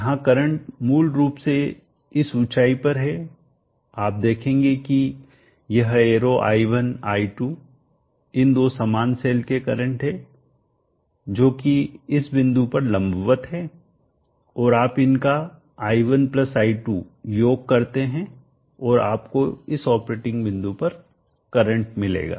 यहाँ करंट मूल रूप से इस ऊँचाई पर है आप देखें यह एरो i1 i2 इन दो समान सेल के करंट हैं जो कि इस बिंदु पर लंबवत हैं और आप इनका i1 i2 योग करते हैं और आपको इस ऑपरेटिंग बिंदु पर करंट मिलेगा